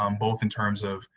um both in terms of,